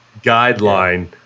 guideline